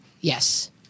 Yes